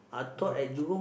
opening